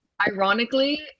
Ironically